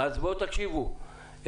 תקשיבו,